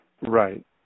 right